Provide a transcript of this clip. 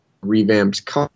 revamped